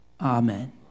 Amen